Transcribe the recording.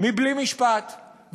בלי משפט,